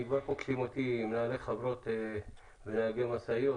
כבר פוגשים מנהלי חברות ונהגי משאיות,